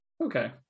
Okay